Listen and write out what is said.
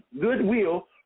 goodwill